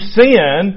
sin